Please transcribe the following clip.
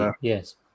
Yes